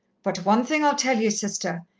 but one thing i'll tell ye, sister.